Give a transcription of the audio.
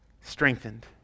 strengthened